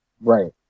Right